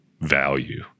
value